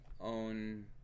own